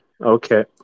Okay